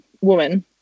woman